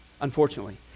unfortunately